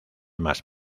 más